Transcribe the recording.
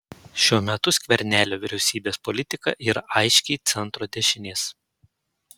šiuo metu skvernelio vyriausybės politika yra aiškiai centro dešinės